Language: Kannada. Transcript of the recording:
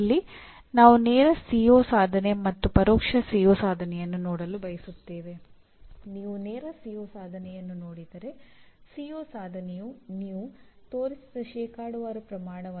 ಈಗ ನಾವು ಮುಂದಿನದನ್ನು ನೋಡೋಣ